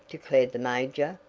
declared the major,